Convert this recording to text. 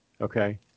Okay